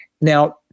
Now